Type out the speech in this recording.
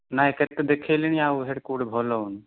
ନାହିଁ କେତେ ଦେଖାଇଲିଣି ଆଉ ହେଇଟି କେଉଁଠି ଭଲ ହେଉନି